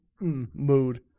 mood